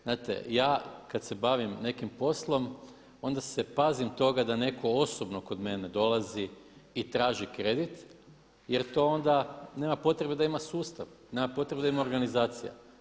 Znate, ja kad se bavim nekim poslom onda se pazim toga da netko osobno kod mene dolazi i traži kredit, jer to onda nema potrebe da ima sustav, nema potrebe da ima organizacija.